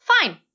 Fine